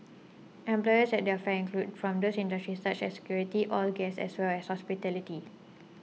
employers at their fair include from those industries such as security oil gas as well as hospitality